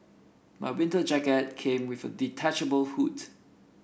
my winter jacket came with a detachable hoods